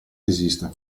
esiste